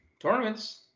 tournaments